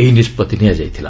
ଏହି ନିଷ୍ପତ୍ତି ନିଆଯାଇଥିଲା